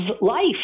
life